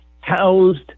housed